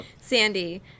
Sandy